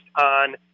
on